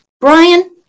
Brian